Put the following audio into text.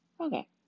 Okay